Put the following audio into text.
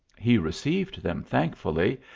he received them thankfully,